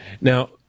Now